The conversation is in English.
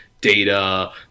data